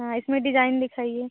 हाँ इसमें डिजाइन दिखाइए